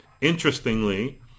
Interestingly